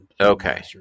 Okay